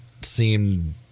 seem